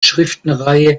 schriftenreihe